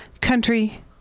Country